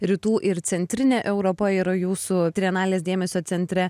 rytų ir centrinė europa yra jūsų trienalės dėmesio centre